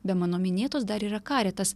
be mano minėtos dar yra karitas